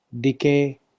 decay